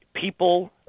people